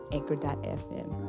Anchor.fm